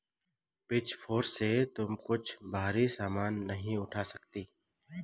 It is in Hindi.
पिचफोर्क से तुम कुछ भारी सामान नहीं उठा सकती